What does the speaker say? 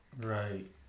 Right